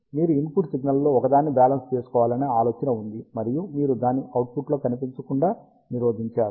మీరు ఇన్పుట్ సిగ్నల్స్లో ఒక దాన్ని బ్యాలెన్స్ చేసుకోవాలనే ఆలోచన ఉంది మరియు మీరు దాన్ని అవుట్పుట్లో కనిపించకుండా నిరోధించారు